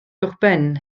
uwchben